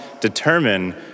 determine